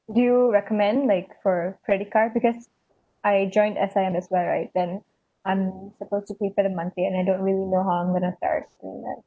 do you recommend make for credit card because I joined S_I_A as well right then I'm supposed to prepare a monthly and I don't really know how I'm gonna start doing that